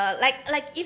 like like